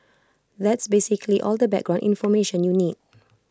that's basically all the background information you need